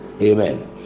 Amen